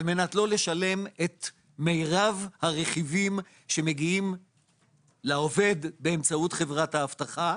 על מנת לא לשלם את מירב הרכיבים שמגיעים לעובד באמצעות חברת האבטחה.